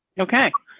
okay,